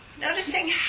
noticing